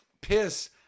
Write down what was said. piss